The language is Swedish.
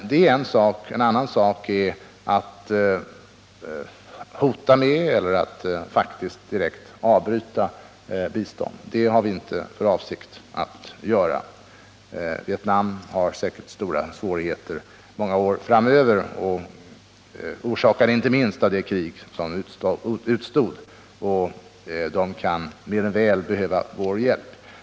Det är en sak; en annan är att hota med att avbryta — eller att faktiskt direkt avbryta — ett biståndsgivande. Det har vi inte för avsikt att göra. Vietnam kommer säkert att ha stora svårigheter många år framöver vilka orsakats inte minst av det krig som man utstått. Vietnameserna kan mer än väl behöva vår hjälp.